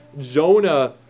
Jonah